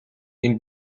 энэ